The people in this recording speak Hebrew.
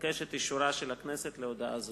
אבקש את אישורה של הכנסת להודעה זו.